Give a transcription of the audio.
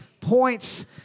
points